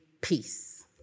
peace